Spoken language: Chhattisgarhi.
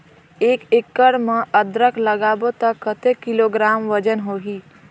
एक एकड़ मे अदरक लगाबो त कतेक किलोग्राम वजन होही?